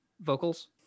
vocals